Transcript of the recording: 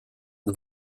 nad